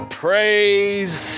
praise